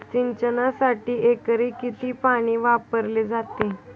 सिंचनासाठी एकरी किती पाणी वापरले जाते?